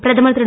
பிரதமர் திரு